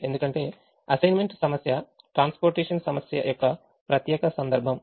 ఎందుకంటే అసైన్మెంట్ సమస్య transportation సమస్య యొక్క ప్రత్యేక సందర్భం